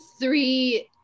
three